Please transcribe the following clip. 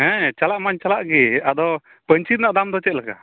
ᱦᱮᱸ ᱪᱟᱞᱟᱜ ᱢᱟᱧ ᱪᱟᱞᱟᱜ ᱜᱮ ᱟᱫᱚ ᱯᱟᱹᱧᱪᱤ ᱨᱮᱱᱟᱜ ᱫᱟᱢ ᱫᱚ ᱪᱮᱫ ᱞᱮᱠᱟ